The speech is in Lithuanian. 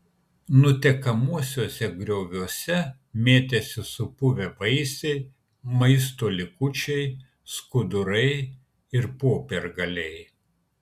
nutekamuosiuose grioviuose mėtėsi supuvę vaisiai maisto likučiai skudurai ir popiergaliai